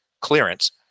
clearance